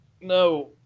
No